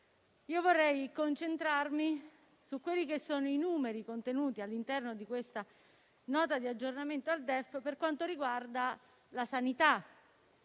vorrei concentrarmi sui numeri contenuti all'interno di questa Nota di aggiornamento del DEF per quanto riguarda la sanità,